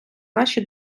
наші